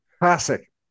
Classic